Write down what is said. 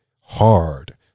Hard